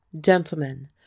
Gentlemen